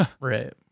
Right